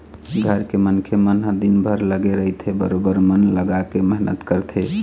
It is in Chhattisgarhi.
घर के मनखे मन ह दिनभर लगे रहिथे बरोबर मन लगाके मेहनत करथे